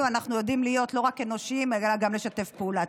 אנחנו יודעים להיות לא רק אנושיים אלא גם לשתף פעולה.